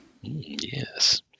Yes